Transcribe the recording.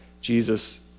Jesus